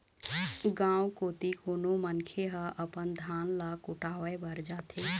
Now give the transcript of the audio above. गाँव कोती कोनो मनखे ह अपन धान ल कुटावय बर जाथे